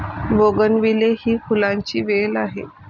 bougainvillea ही फुलांची वेल आहे